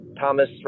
Thomas